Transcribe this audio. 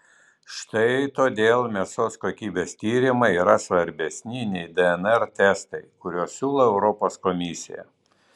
štai todėl mėsos kokybės tyrimai yra svarbesni nei dnr testai kuriuos siūlo europos komisija